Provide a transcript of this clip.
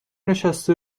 نشسته